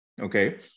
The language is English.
Okay